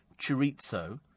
chorizo